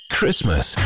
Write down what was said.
Christmas